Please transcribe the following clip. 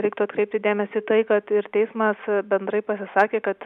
reiktų atkreipti dėmesį į tai kad ir teismas bendrai pasisakė kad